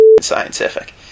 scientific